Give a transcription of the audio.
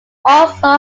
also